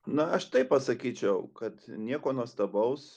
na aš taip pasakyčiau kad nieko nuostabaus